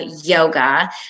yoga